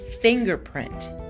fingerprint